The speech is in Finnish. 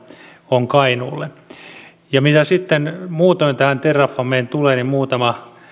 on kainuuseen mitä sitten muutoin tähän terrafameen tulee niin muutama